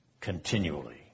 continually